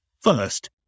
first